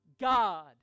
God